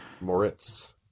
Moritz